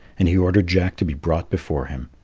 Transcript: and he ordered jack to be brought before him.